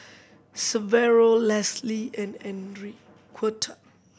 Severo Lesli and Enriqueta